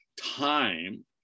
time